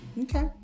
Okay